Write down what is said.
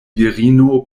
virino